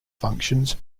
functions